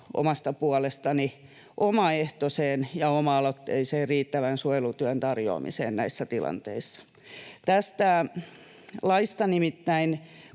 omasta puolestani omaehtoiseen ja oma-aloitteiseen riittävän suojelutyön tarjoamiseen näissä tilanteissa. Nimittäin